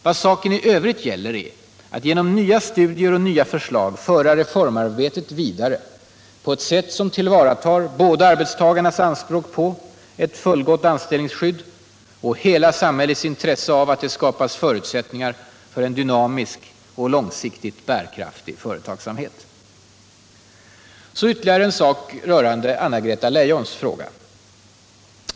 Vad saken i övrigt gäller är att genom nya studier och nya förslag föra reformarbetet vidare på ett sätt som tillvaratar både arbetstagarnas anspråk på ett fullgott anställningsskydd och hela samhällets intresse av att det skapas förutsättningar för en dynamisk och långsiktigt bärkraftig företagsamhet. Så ytterligare en sak rörande Anna-Greta Leijons fråga.